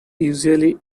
usually